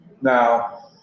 Now